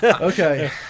Okay